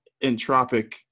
entropic